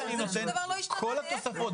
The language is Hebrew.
שום דבר לא השתנה, להפך.